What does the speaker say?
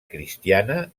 cristiana